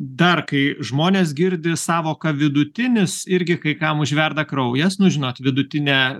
dar kai žmonės girdi sąvoką vidutinis irgi kai kam užverda kraujas nu žinot vidutinę